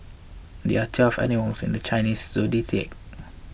there are twelve animals in the Chinese zodiac